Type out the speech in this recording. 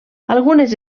algunes